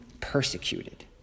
persecuted